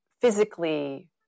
physically